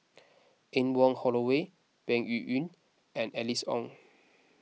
Anne Wong Holloway Peng Yuyun and Alice Ong